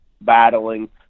battling